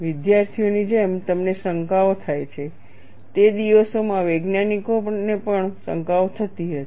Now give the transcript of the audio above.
વિદ્યાર્થીઓની જેમ તમને શંકાઓ થાય છે તે દિવસોમાં વૈજ્ઞાનિકોને પણ તે શંકાઓ થતી હતી